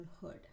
hood